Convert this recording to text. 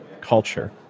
culture